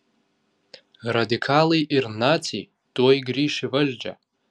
radikalai ir naciai tuoj grįš į valdžią